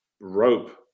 rope